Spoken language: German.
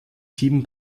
sieben